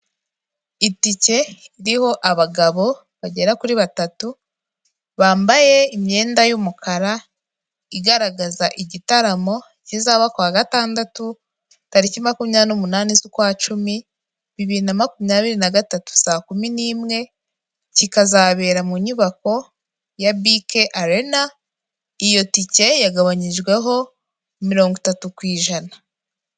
Itike iriho abagabo bagera kuri batatu bambaye imyenda y'umukara, igaragaza igitaramo kizaba kuwa gatandatu, tariki makumyabiri n'umunani z'ukwacumi bibiri na makumyabiri nagatatu saa kumi n'imwe, kikazabera mu nyubako ya bike arena, iyo tike yagabanyijweho mirongo itatu ku ijana.